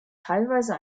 teilweise